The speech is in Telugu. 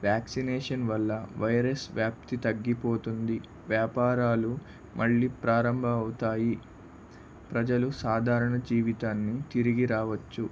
వ్యాక్సినేషన్ వల్ల వైరస్ వ్యాప్తి తగ్గిపోతుంది వ్యాపారాలు మళ్ళీ ప్రారంభం అవుతాయి ప్రజలు సాధారణ జీవితాన్ని తిరిగి రావచ్చు